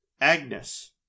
Agnes